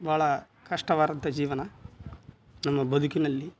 ಭಾಳ ಕಷ್ಟವಾರದ ಜೀವನ ನಮ್ಮ ಬದುಕಿನಲ್ಲಿ